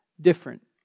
different